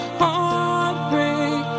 heartbreak